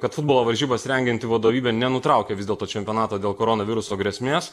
kad futbolo varžybas rengianti vadovybė nenutraukė vis dėlto čempionato dėl koronaviruso grėsmės